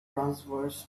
transverse